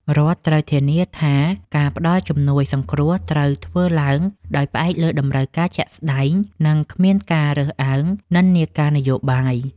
រដ្ឋត្រូវធានាថាការផ្តល់ជំនួយសង្គ្រោះត្រូវធ្វើឡើងដោយផ្អែកលើតម្រូវការជាក់ស្តែង និងគ្មានការរើសអើងនិន្នាការនយោបាយ។